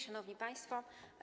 Szanowni Państwo!